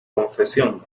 confesión